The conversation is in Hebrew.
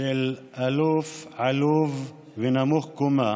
של אלוף עלוב ונמוך קומה